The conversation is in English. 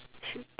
shit